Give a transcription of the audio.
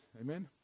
amen